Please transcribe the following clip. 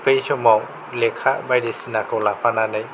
बै समाव लेखा बायदिसिनाखौ लाफानानै